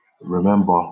Remember